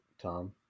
Tom